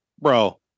bro